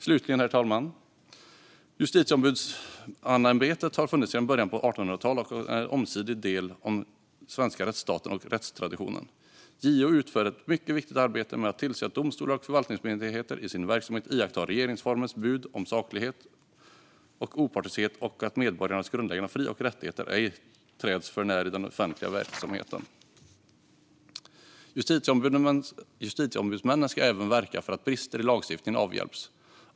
Slutligen, herr talman: Justitieombudsmannaämbetet har funnits sedan början på 1800-talet och är en omistlig del av den svenska rättsstaten och rättstraditionen. JO utför ett mycket viktigt arbete med att tillse att domstolar och förvaltningsmyndigheter i sin verksamhet iakttar regeringsformens bud om saklighet och opartiskhet och att medborgarnas grundläggande fri och rättigheter inte träds för när i den offentliga verksamheten. Justitieombudsmännen ska även verka för att brister i lagstiftningen avhjälps.